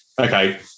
okay